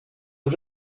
aux